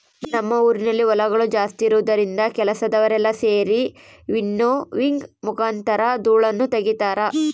ನಮ್ಮ ಊರಿನಲ್ಲಿ ಹೊಲಗಳು ಜಾಸ್ತಿ ಇರುವುದರಿಂದ ಕೆಲಸದವರೆಲ್ಲ ಸೆರಿ ವಿನ್ನೋವಿಂಗ್ ಮುಖಾಂತರ ಧೂಳನ್ನು ತಗಿತಾರ